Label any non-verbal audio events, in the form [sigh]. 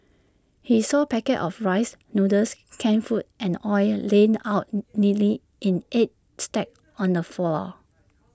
he saw packets of rice noodles canned food and oil laid out [hesitation] neatly in eight stacks on the floor